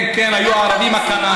כן, כן, היו הערבים הכנענים.